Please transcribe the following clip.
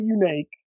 unique